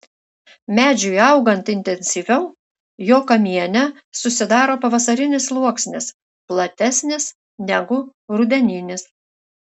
medžiui augant intensyviau jo kamiene susidaro pavasarinis sluoksnis platesnis negu rudeninis